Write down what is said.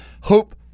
Hope